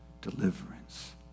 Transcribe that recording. Deliverance